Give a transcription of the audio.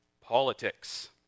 politics